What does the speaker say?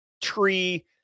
tree